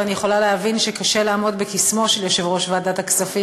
ואני יכולה להבין שקשה לעמוד בקסמו של יושב-ראש ועדת הכספים.